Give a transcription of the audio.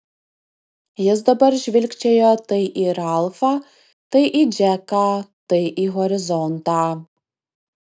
jis dabar žvilgčiojo tai į ralfą tai į džeką tai į horizontą